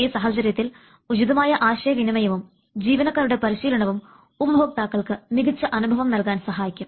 ഈ സാഹചര്യത്തിൽ ഉചിതമായ ആശയവിനിമയവും ജീവനക്കാരുടെ പരിശീലനവും ഉപഭോക്താക്കൾക്ക് മികച്ച അനുഭവം നൽകാൻ സഹായിക്കും